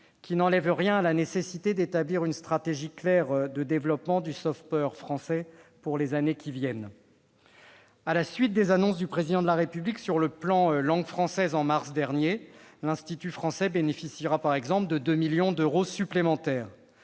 qui n'enlève rien à la nécessité d'établir une stratégie claire de développement du français pour les années à venir. À la suite des annonces du Président de la République sur le plan Langue française, en mars dernier, l'Institut français bénéficiera de 2 millions d'euros supplémentaires.